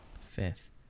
Fifth